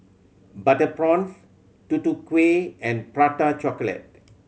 butter prawns Tutu Kueh and Prata Chocolate